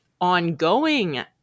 ongoing